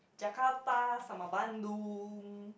Jakarta sama Bandung